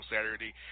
Saturday